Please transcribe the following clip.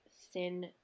thin